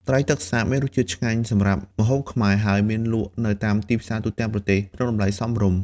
ត្រីទឹកសាបមានរស់ជាតិឆ្ងាញ់សម្រាប់ម្ហូបខ្មែរ ហើយមានលក់នៅតាមទីផ្សារទូទាំងប្រទេសក្នុងតម្លៃសមរម្យ។